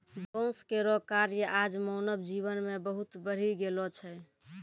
बांस केरो कार्य आज मानव जीवन मे बहुत बढ़ी गेलो छै